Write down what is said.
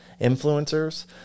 influencers